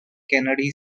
kennedy